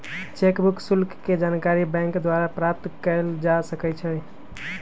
cheque book शुल्क के जानकारी बैंक द्वारा प्राप्त कयल जा सकइ छइ